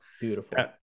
beautiful